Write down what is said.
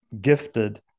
gifted